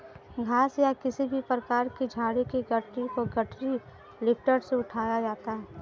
घास या किसी भी प्रकार की झाड़ी की गठरी को गठरी लिफ्टर से उठाया जाता है